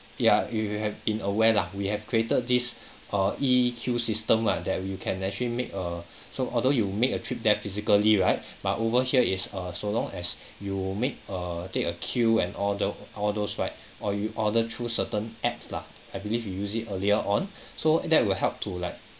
ya if you have been aware lah we have created this err E queue system ah that you can actually make a so although you make a trip there physically right but over here it's err so long as you make err take a queue and all the all those right or you order through certain apps lah I believe you use it earlier on so uh that will help to like